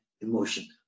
emotion